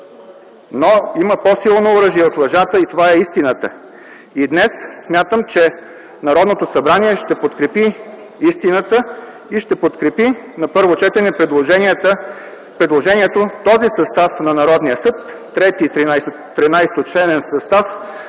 но има по-силно оръжие от лъжата и това е – истината. И днес смятам, че Народното събрание ще подкрепи истината и ще подкрепи на първо четене предложението този състав на Народния съд – Трети 13-членен състав